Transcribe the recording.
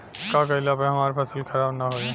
का कइला पर हमार फसल खराब ना होयी?